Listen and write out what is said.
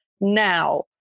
now